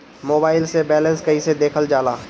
Mobile से balance कइसे देखल जाला?